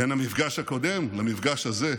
בין המפגש הקודם למפגש הזה.